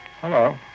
Hello